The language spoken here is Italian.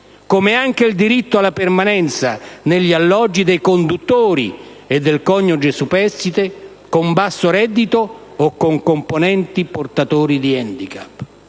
pluriennale; il diritto alla permanenza negli alloggi dei conduttori e del coniuge superstite con basso reddito o con componenti portatori di *handicap*;